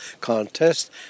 contest